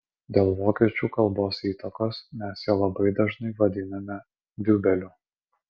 dėl vokiečių kalbos įtakos mes ją labai dažnai vadiname diubeliu